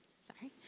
sorry.